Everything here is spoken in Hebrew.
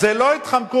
זה לא התחמקות,